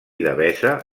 devesa